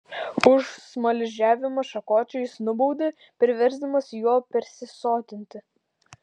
už smaližiavimą šakočiu jis nubaudė priversdamas juo persisotinti